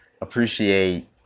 appreciate